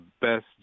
best